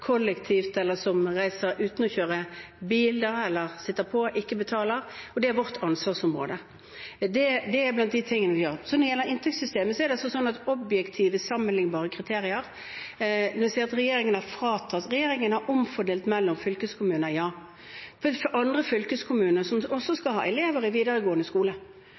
eller som reiser uten å kjøre bil eller sitter på, ikke betaler. Det er vårt ansvarsområde. Det er blant de tingene vi gjør. Når det gjelder inntektssystemet, er det objektive sammenlignende kriterier. Regjeringen har omfordelt mellom fylkeskommuner – ja. Andre fylkeskommuner skal også ha elever i videregående skoler, sørge for at tannhelsetilbudet deres er godt, sørge for at bussen kan gå, og at veiene skal